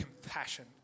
compassion